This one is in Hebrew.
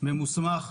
ממוסמך,